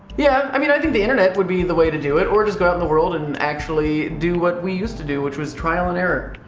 yeah, i mean i think the internet would be the way to do it. or just go at in the world and and actually do what we used to do, which was trial and error.